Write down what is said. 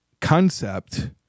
concept